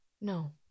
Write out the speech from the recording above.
No